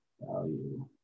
value